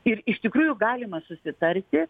ir iš tikrųjų galima susitarti